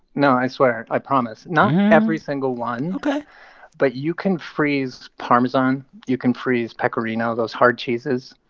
no, i swear, i promise. not every single one ok but you can freeze parmesan. you can freeze pecorino, those hard cheeses.